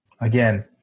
Again